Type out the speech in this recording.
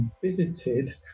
visited